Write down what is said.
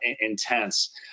intense